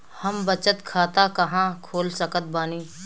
हम बचत खाता कहां खोल सकत बानी?